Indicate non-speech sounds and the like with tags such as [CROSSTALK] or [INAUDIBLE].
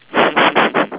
[BREATH]